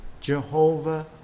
Jehovah